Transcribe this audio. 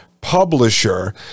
publisher